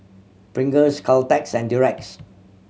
Pringles Caltex and Durex